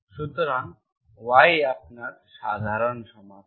সুতরাং y3x2 tan 12log C x2 আপনার সাধারণ সমাধান